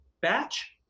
batch